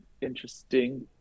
interesting